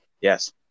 Yes